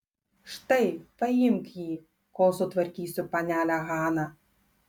štai paimk jį kol sutvarkysiu panelę haną